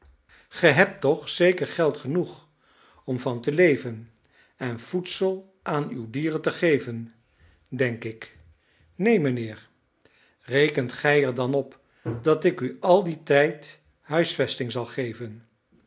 ge hebt toch zeker geld genoeg om van te leven en voedsel aan uw dieren te geven denk ik neen mijnheer rekent gij er dan op dat ik u al dien tijd huisvesting zal geven